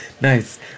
nice